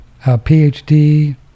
PhD